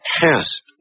past